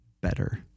better